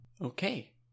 Okay